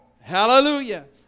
Hallelujah